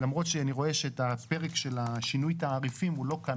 למרות שאני רואה שאת הפרק של שינוי התעריפים הוא לא כאן,